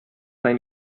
ein